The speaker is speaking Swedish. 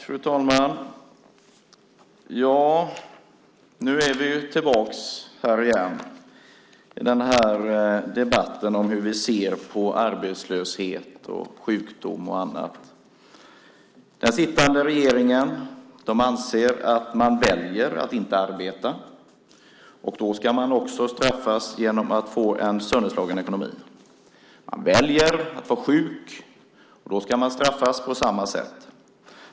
Fru talman! Nu är vi tillbaka i debatten om hur vi ser på arbetslöshet, sjukdom och annat. Den sittande regeringen anser att man väljer att inte arbeta. Då ska man också straffas genom att få en sönderslagen ekonomi. Man väljer att vara sjuk, och då ska man straffas på samma sätt.